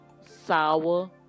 sour